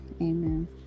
Amen